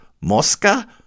Mosca